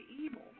evil